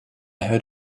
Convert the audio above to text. heard